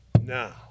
now